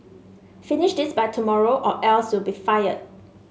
finish this by tomorrow or else you'll be fired